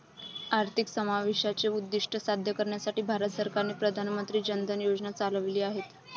आर्थिक समावेशाचे उद्दीष्ट साध्य करण्यासाठी भारत सरकारने प्रधान मंत्री जन धन योजना चालविली आहेत